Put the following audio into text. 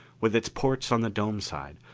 with its ports on the dome side,